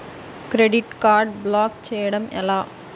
Credit card block చేయడం ఎలా?